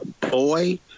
boy